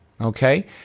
Okay